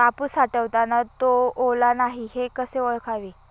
कापूस साठवताना तो ओला नाही हे कसे ओळखावे?